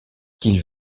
qu’il